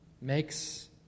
makes